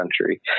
country